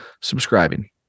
subscribing